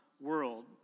world